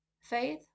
Faith